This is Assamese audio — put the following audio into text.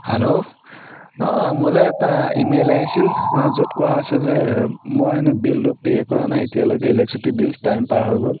হেল্ল' অঁ মোলৈ এটা ইমেইল আহিছিল য'ত কোৱা আছে যে মই হেনো বিলটো পে' কৰা নাই এতিয়ালৈকে ইলেক্ট্ৰিচিটি বিল টাইম পাৰ হৈ গ'ল